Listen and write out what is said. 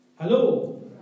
Hello